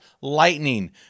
Lightning